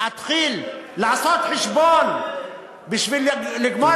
אתחיל לעשות חשבון בשביל לגמור את הנאום שלי,